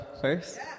first